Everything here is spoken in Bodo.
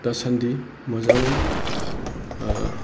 दासान्दि मोजाङै